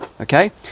Okay